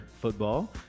football